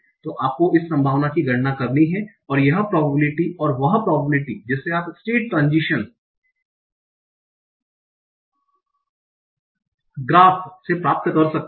तो आपको इस संभावना की गणना करनी है और यह प्रोबेबिलिटी और वह प्रोबेबिलिटी जिसे आप स्टेट ट्रांजिशन ग्राफ से प्राप्त कर सकते हैं